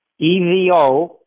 EVO